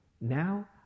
now